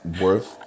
worth